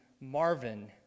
Marvin